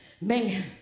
Man